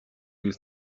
you